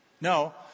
No